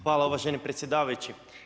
Hvala uvaženi predsjedavajući.